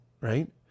right